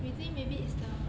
we think maybe it's the